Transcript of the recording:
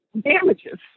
damages